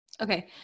Okay